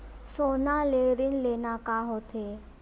सोना ले ऋण लेना का होथे?